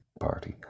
Party